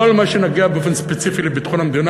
כל מה שנוגע באופן ספציפי לביטחון המדינה,